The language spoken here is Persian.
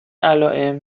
علائم